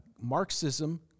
Marxism